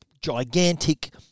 gigantic